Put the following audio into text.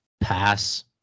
Pass